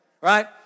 right